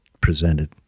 presented